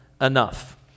enough